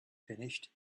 finished